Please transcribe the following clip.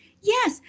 yes,